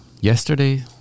Yesterday